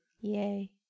Yay